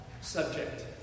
subject